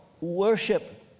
worship